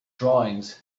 drawings